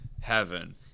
heaven